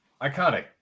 Iconic